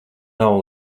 nav